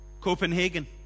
Copenhagen